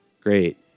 great